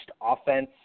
offense